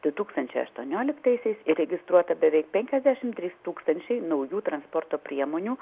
du tūkstančiai aštuonioliktaisiais įregistruota bevei penkiasdešim trys tūkstančiai naujų transporto priemonių